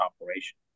operation